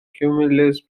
cumulus